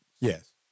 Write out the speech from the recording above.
Yes